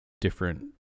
different